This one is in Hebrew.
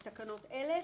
לתקנות אלה?